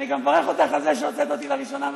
אני גם מברך אותך על זה שהוצאת אותי לראשונה מהמליאה.